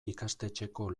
ikastetxeko